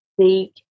seek